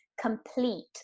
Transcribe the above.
complete